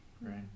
right